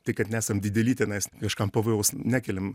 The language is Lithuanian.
tai kad nesam dideli tenais kažkam pavojaus nekeliam